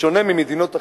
בשונה ממדינות אחרות,